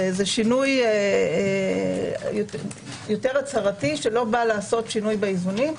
זה שינוי יותר הצהרתי שלא בא לעשות שינוי באיזונים,